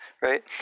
right